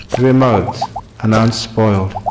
remote and unspoiled.